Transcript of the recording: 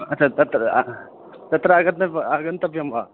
अच्छा तत्र तत्र आगन्त आगन्तव्यं वा